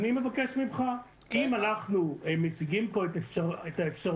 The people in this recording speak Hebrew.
אני מבקש ממך שאם אנחנו מציגים כאן את האפשרויות